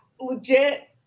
Legit